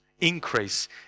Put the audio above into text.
increase